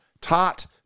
taught